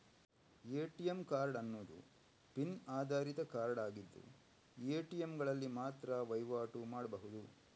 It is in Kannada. ಎ.ಟಿ.ಎಂ ಕಾರ್ಡ್ ಅನ್ನುದು ಪಿನ್ ಆಧಾರಿತ ಕಾರ್ಡ್ ಆಗಿದ್ದು ಎ.ಟಿ.ಎಂಗಳಲ್ಲಿ ಮಾತ್ರ ವೈವಾಟು ಮಾಡ್ಬಹುದು